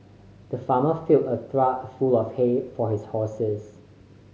the farmer filled a trough full of hay for his horses